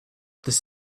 this